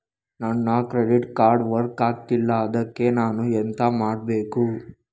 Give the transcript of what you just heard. ನನ್ನ credit card work ಆಗ್ತಿಲ್ಲ ಅದ್ಕೆ ನಾನು ಎಂತ ಮಾಡಬೇಕು?